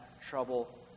trouble